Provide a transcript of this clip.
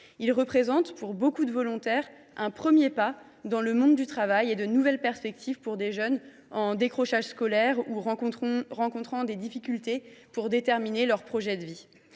Il représente, pour beaucoup de volontaires, un premier pas dans le monde du travail, ainsi que de nouvelles perspectives pour des jeunes en décrochage scolaire ou rencontrant des difficultés pour déterminer leur projet de vie.